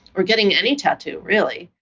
or getting any tattoo really,